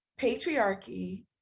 patriarchy